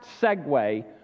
segue